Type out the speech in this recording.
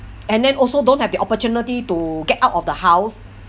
and then also don't have the opportunity to get out of the house